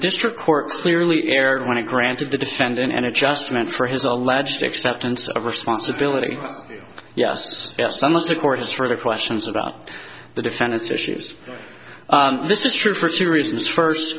district court clearly erred when it granted the defendant an adjustment for his alleged acceptance of responsibility yes yes unless of course for the questions about the defendant's issues this is true for two reasons first